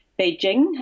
Beijing